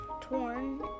torn